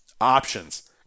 options